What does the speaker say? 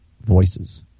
voices